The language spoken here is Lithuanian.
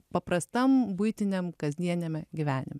paprastam buitiniam kasdieniame gyvenime